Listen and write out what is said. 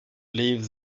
leave